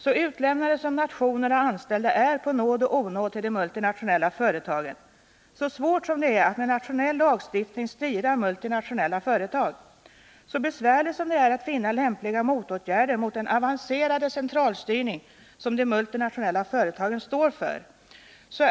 Så utlämnade som nationer och anställda är på nåd och onåd till de multinationella företagen, så svårt som det är att med nationell lagstiftning styra multinationella företag, så besvärligt som det är att finna lämpliga motåtgärder mot den avancerade centralstyrning som de multinationella företagen står för.